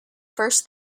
first